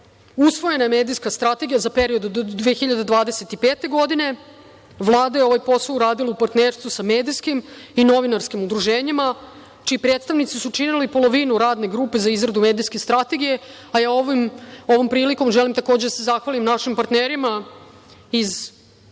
usvojena je medijska strategija za period do 2025. godine. Vlada je ovaj posao uradila u partnerstvu sa medijskim i novinarskim udruženjima, čiji predstavnici su činili polovinu radne grupe za izradu medijske strategije, a ja ovom prilikom želim takođe da se zahvalim našim partnerima iz misije